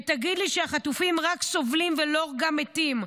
ותגיד לי שהחטופים רק סובלים ולא גם מתים.